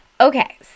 Okay